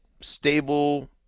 stable